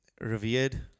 revered